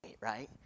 right